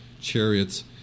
chariots